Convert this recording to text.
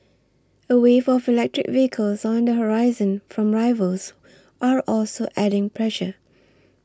a wave of electric vehicles on the horizon from rivals are also adding pressure